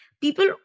people